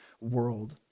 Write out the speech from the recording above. World